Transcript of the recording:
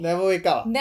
never wake up ah